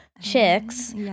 chicks